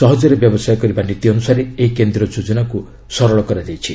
ସହଜରେ ବ୍ୟବସାୟ କରିବା ନୀତି ଅନୁସାରେ ଏହି କେନ୍ଦୀୟ ଯୋଜନାକୁ ସରଳ କରାଯାଇଛି